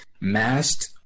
masked